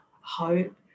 hope